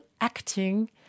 acting